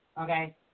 Okay